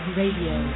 radio